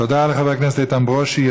תודה לחבר הכנסת איתן ברושי.